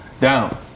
down